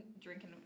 drinking